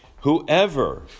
whoever